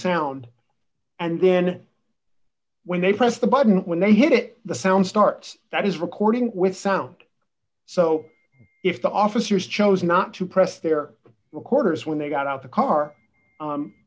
sound and then when they press the button when they hit it the sound starts that is recording with sound so if the officers chose not to press their recorders when they got out the car